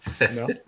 no